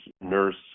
nurse